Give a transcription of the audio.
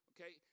Okay